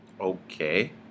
okay